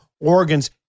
organs